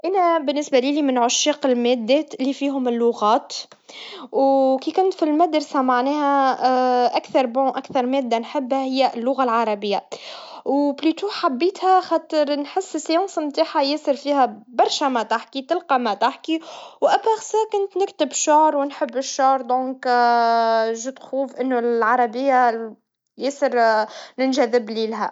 مادتي المفضلة كانت التاريخ. كنت نحب نعرف عن الحضارات والثقافات المختلفة. التاريخ يعطينا دروس من الماضي ويساعدنا نفهم الحاضر. زادة، كان عندنا معلم رائع يحب يشاركنا القصص، وهذا جعل الدروس أكثر إثارة. التعلم من التاريخ يساعدنا نتجنب الأخطاء في المستقبل.